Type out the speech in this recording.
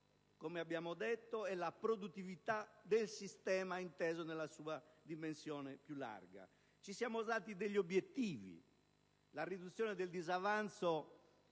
come abbiamo detto, e la produttività del sistema, inteso nella sua dimensione più larga. Ci siamo dati degli obiettivi, come la riduzione del disavanzo